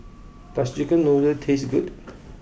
does chicken noodle taste good